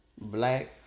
black